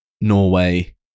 Norway